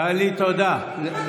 טלי, תודה.